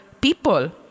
people